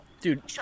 Dude